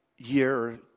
year